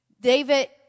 David